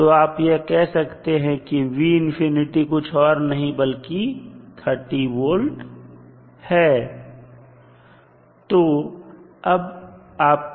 तो आप यह कह सकते हैं कि कुछ और नहीं बल्कि 30 volt है